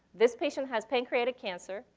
this patient has pancreatic cancer.